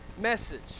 message